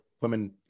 women